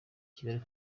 kigali